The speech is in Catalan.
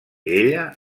ella